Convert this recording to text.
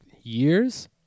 years